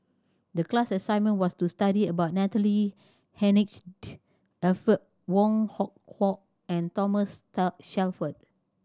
the class assignment was to study about Natalie Hennedige Alfred Wong Hong Kwok and Thomas Shelford